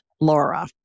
Laura